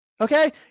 okay